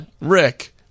Rick